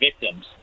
victims